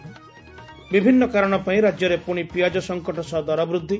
ବିଭିନ୍ନ କାରଶ ପାଇଁ ରାକ୍ୟରେ ପୁଶି ପିଆଜ ସଙ୍କଟ ସହ ଦର ବୃଦ୍ଧି